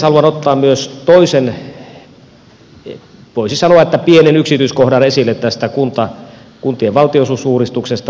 haluan ottaa myös toisen voisi sanoa pienen yksityiskohdan esille tästä kuntien valtionosuusuudistuksesta